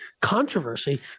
controversy